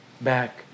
back